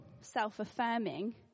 self-affirming